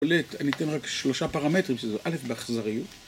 אני אתן רק שלושה פרמטרים שזה א', באכזריות